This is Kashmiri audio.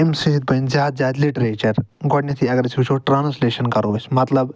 امہِ سۭتۍ بنہِ زیادٕ زیادٕ لِٹرٮ۪چر گۄڈنٮ۪تھے اگر أسۍ وٕچھو ٹرانسلٮ۪شن کرو مطلب